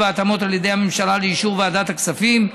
ההתאמות על ידי הממשלה לאישור ועדת הכספים,